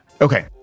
Okay